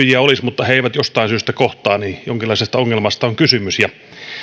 olisi mutta he eivät jostain syystä kohtaa niin jonkinlaisesta ongelmasta on kysymys ja